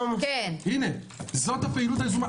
הנה, זאת הפעילות היזומה.